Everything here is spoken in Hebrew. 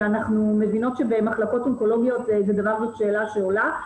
אנחנו מבינות שבמחלקות אונקולוגיות זאת שאלה שעולה,